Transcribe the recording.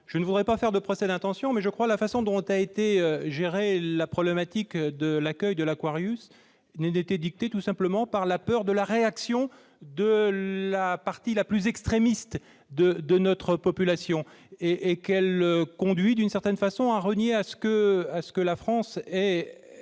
Je ne voudrais pas faire de procès d'intention, mais la façon dont a été gérée la problématique de l'accueil de l'me paraît avoir été dictée tout simplement par la peur de la réaction de la partie la plus extrémiste de notre population. Cette gestion conduit, d'une certaine façon, à renier la perception